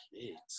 kids